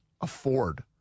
afford